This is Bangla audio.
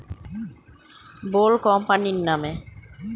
কোনো কোম্পানির নামে এই টাকা গুলো রেজিস্টার করবো